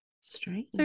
Strange